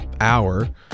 hour